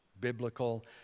biblical